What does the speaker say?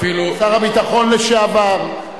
שר הביטחון לשעבר.